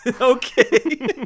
okay